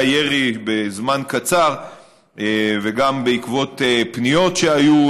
הירי בזמן קצר וגם בעקבות פניות שהיו